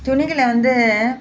துணிகளை வந்து